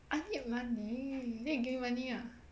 I need money then you give me money ah